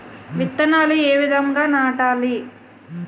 విత్తనాలు ఏ విధంగా నాటాలి?